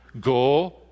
Go